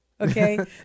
Okay